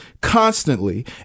constantly